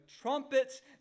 trumpets